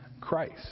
Christ